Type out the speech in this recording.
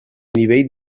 nivell